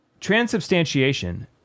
Transubstantiation